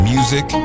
Music